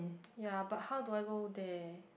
ya but how do I go there